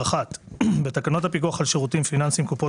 1. בתקנות הפיקוח על שירותים פיננסיים (קופות